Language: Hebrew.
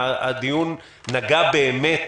בעניין ההתמודדות עם נגיף הקורונה.